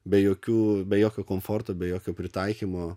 be jokių be jokio komforto be jokio pritaikymo